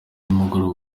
nimugoroba